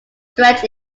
stretch